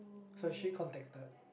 so she contacted